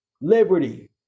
liberty